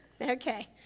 Okay